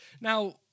now